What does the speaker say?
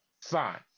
fine